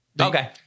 Okay